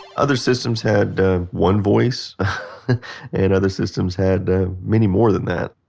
other systems had one voice and other systems had many more than that.